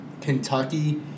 Kentucky